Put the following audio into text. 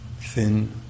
thin